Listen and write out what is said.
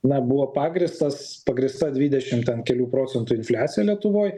na buvo pagrįstas pagrįsta dvidešim ten kelių procentų infliacija lietuvoj